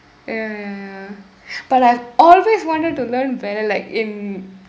ya ya ya but I've always wanted to learn ballet like in